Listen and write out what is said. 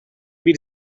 bir